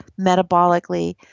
metabolically